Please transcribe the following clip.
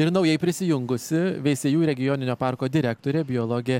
ir naujai prisijungusi veisiejų regioninio parko direktorė biologė